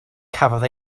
cafodd